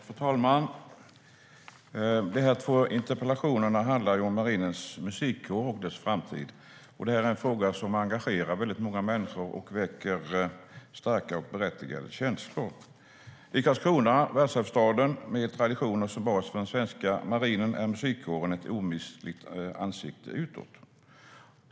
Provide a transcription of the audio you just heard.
Fru talman! Dessa två interpellationer handlar om Marinens Musikkår och dess framtid. Det är en fråga som engagerar väldigt många människor och väcker starka och berättigade känslor. I världsarvsstaden Karlskrona, med traditioner från den svenska marinen, är Marinens Musikkår ett omistligt ansikte utåt.